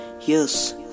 Yes